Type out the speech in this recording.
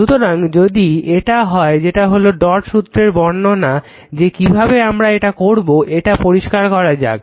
সুতরাং যদি এটা হয় যেটা হলো ডট সূত্রের বর্ণনা যে কিভাবে আমরা এটা করবো এটা পরিষ্কার করা যাক